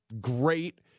great